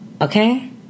Okay